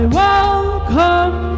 welcome